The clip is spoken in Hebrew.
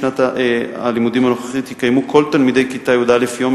החל משנת הלימודים הנוכחית יקיימו כל תלמידי כיתות י"א יום